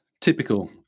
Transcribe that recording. typical